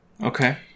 Okay